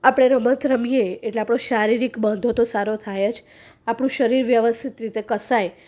આપણે રમત રમીએ એટલે આપણો શારીરિક બાંધો તો સરસ થાય જ આપણું શરીર વ્યવસ્થિત રીતે કશાય